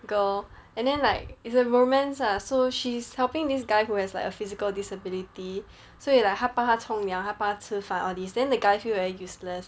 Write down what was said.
girl and then like it's a romance ah so she's helping this guy who has like a physical disability 所以 like 她帮他冲凉她把吃饭 all these then the guy feels very useless